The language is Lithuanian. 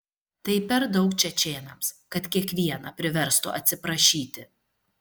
tai per daug čečėnams kad kiekvieną priverstų atsiprašyti